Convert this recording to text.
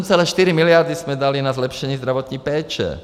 7,4 miliardy jsme dali na zlepšení zdravotní péče.